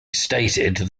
stated